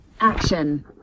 action